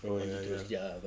oh ya ya